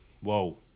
Whoa